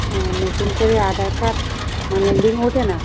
হ্যাঁ নতুন করে আধার কার্ড মানে লিঙ্ক ওঠে না